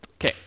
Okay